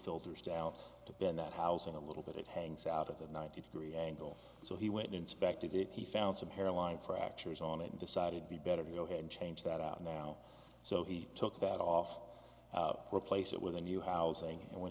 filters down to ben that housing a little bit it hangs out of the ninety degree angle so he went in inspected it he found sabera line fractures on it and decided be better to go ahead and change that out now so he took that off replace it with a new housing and when